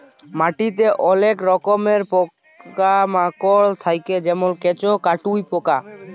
মাটিতে অলেক রকমের পকা মাকড় থাক্যে যেমল কেঁচ, কাটুই পকা